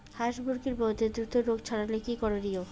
হাস মুরগির মধ্যে দ্রুত রোগ ছড়ালে কি করণীয়?